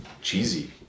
cheesy